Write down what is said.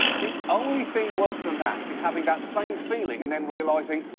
the only thing worse than that is having that same feeling and then realizing,